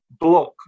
block